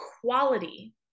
quality